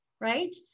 right